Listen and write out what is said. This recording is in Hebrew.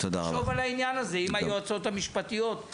תחשוב על העניין הזה עם היועצות המשפטיות.